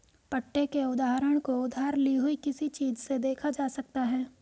पट्टे के उदाहरण को उधार ली हुई किसी चीज़ से देखा जा सकता है